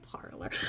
parlor